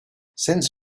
since